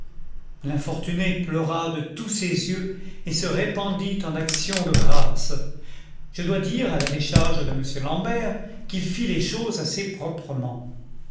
generated at l'infortuné pleura de tous ses yeux et se répandit en actions de grâces je dois dire à la décharge de m l'ambert qu'il fit les choses assez proprement